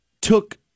took